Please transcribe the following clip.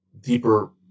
deeper